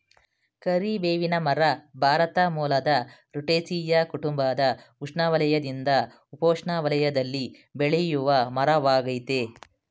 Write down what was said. ಕರಿಬೇವಿನ ಮರ ಭಾರತ ಮೂಲದ ರುಟೇಸಿಯೇ ಕುಟುಂಬದ ಉಷ್ಣವಲಯದಿಂದ ಉಪೋಷ್ಣ ವಲಯದಲ್ಲಿ ಬೆಳೆಯುವಮರವಾಗಯ್ತೆ